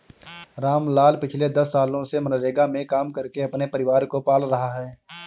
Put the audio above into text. रामलाल पिछले दस सालों से मनरेगा में काम करके अपने परिवार को पाल रहा है